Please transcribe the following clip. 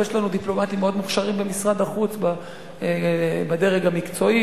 ויש לנו דיפלומטים מאוד מוכשרים במשרד החוץ בדרג המקצועי,